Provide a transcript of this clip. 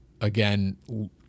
again